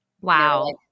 Wow